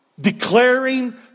Declaring